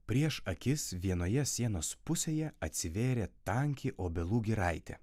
prieš akis vienoje sienos pusėje atsivėrė tanki obelų giraitė